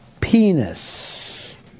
penis